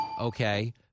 Okay